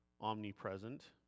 omnipresent